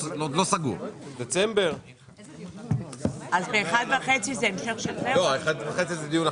13:30. הישיבה